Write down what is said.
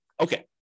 Okay